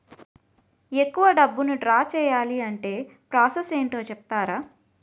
ఎక్కువ డబ్బును ద్రా చేయాలి అంటే ప్రాస సస్ ఏమిటో చెప్తారా?